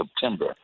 September